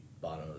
bottom